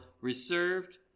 reserved